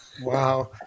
Wow